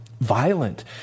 violent